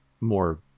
more